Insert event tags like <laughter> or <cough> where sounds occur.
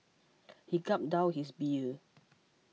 <noise> he gulped down his beer